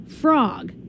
frog